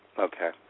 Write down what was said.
Okay